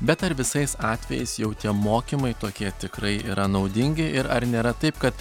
bet ar visais atvejais jau tie mokymai tokie tikrai yra naudingi ir ar nėra taip kad